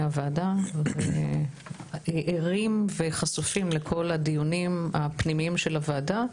הוועדה וערים וחשופים לכל הדיונים הפנימיים של הוועדה.